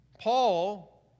Paul